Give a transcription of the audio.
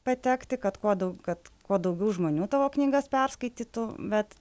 patekti kad kuo dau kad kuo daugiau žmonių tavo knygas perskaitytų bet